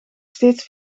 steeds